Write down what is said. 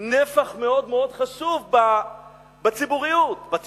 נפח מאוד מאוד חשוב בציבוריות, בתקשורת,